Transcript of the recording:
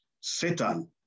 Satan